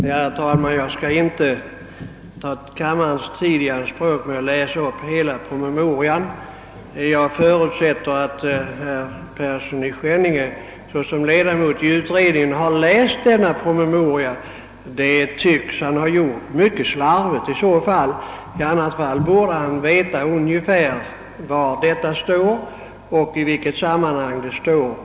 Herr talman! Jag vill inte ta kammarens tid i anspråk med att läsa upp hela promemorian. Jag förutsätter att herr Persson i Skänninge såsom ledamot i utredningen har läst den, men han tycks ha gjort det mycket slarvigt. I annat fall borde han veta vad som där står och i vilket sammanhang det står.